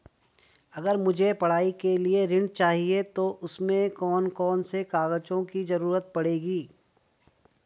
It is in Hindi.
अगर मुझे पढ़ाई के लिए ऋण चाहिए तो उसमें कौन कौन से कागजों की जरूरत पड़ेगी?